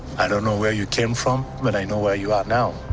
i don't know where you came from, but i know where you are now.